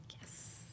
Yes